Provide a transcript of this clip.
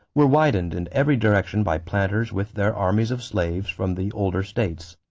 were widened in every direction by planters with their armies of slaves from the older states.